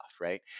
right